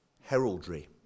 heraldry